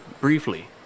briefly